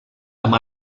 amb